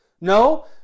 No